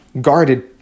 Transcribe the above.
guarded